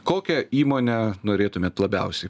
kokią įmonę norėtumėt labiausiai